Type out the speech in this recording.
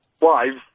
wives